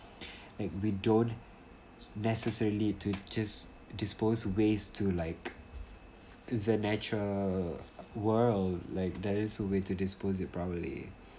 like we don't necessarily to just dispose waste to like to the nature world like there is a way to dispose it properly